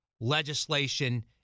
legislation